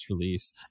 release